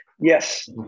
Yes